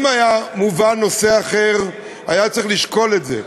אם היה מובא נושא אחר, היה צריך לשקול את זה,